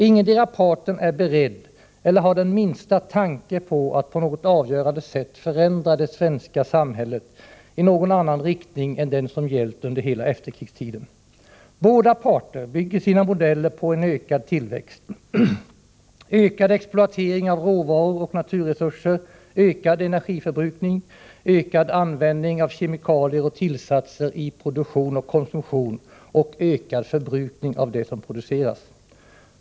Ingendera parten är beredd eller har den minsta tanke på att på något avgörande sätt förändra det svenska samhället i någon annan riktning än den som gällt under hela efterkrigstiden. Båda parter bygger sina modeller på en ökad tillväxt, ökad exploatering av råvaror och naturresurser, ökad energiförbrukning, ökad användning av kemikalier och tillsatser i produktion och konsumtion och ökad förbrukning av det som produceras.